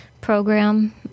program